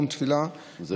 זה,